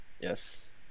Yes